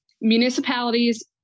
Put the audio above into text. municipalities